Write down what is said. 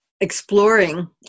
exploring